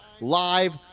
live